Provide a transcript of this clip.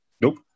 nope